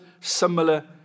similar